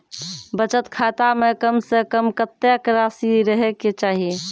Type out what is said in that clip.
बचत खाता म कम से कम कत्तेक रासि रहे के चाहि?